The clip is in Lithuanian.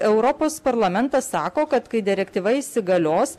europos parlamentas sako kad kai direktyva įsigalios